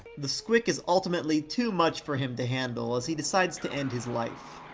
the squick is ultimately too much for him to handle as he decides to end his life.